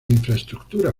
infraestructura